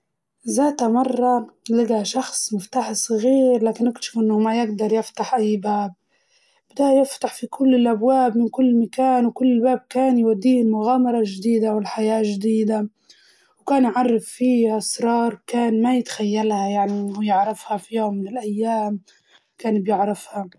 زات مرة لقى شخص مفتاح صغير لكن اكتشف إنه ما يقدر يفتح أي باب، بدا يفتح في كل الأبواب من كل مكان وكل باب كان يوديه لمغامرة جديدة ولحياة جديدة، وكان يعرف فيه أسرار كان ما يتخيلها يعني إنه يعرفها في يوم من الأيام، كان بيعرفها.